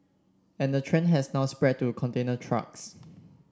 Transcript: and the trend has now spread to container trucks